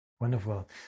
Wonderful